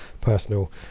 personal